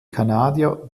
kanadier